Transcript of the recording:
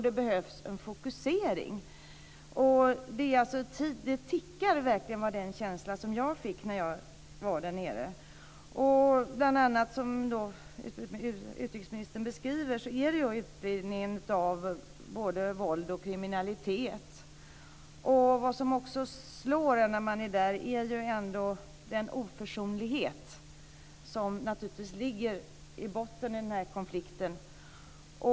Det behövs en fokusering. Det tickar verkligen. Det är den känsla jag fick när jag var där nere. Som utrikesministern beskriver är utbredningen av både våld och kriminalitet ett problem. Vad som också slår en när man är där är ändå den oförsonlighet som finns och som naturligtvis ligger i botten av den här konflikten.